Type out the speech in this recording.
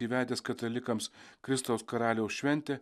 įvedęs katalikams kristaus karaliaus šventę